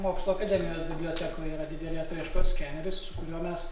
mokslų akademijos bibliotekoj yra didelės raiškos skeneris su kuriuo mes